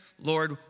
Lord